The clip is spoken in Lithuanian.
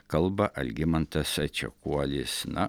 kalba algimantas čekuolis na